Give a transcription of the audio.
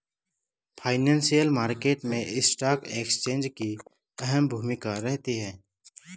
financial market मैं stock exchange की अहम भूमिका रहती है